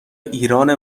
ایرانه